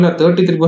33%